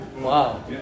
Wow